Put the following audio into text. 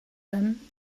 him